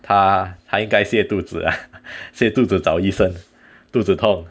他他应该泻肚子啊泻肚子找医生肚子痛